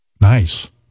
nice